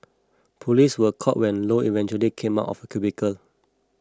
police were called when Low eventually came out of the cubicle